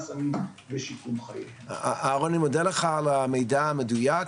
אני מודה לך על המידע המדוייק.